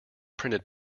printed